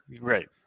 right